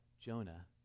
Jonah